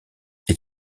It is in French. est